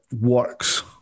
works